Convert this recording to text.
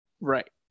Right